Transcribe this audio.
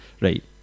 right